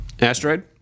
Asteroid